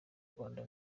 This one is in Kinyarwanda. rwanda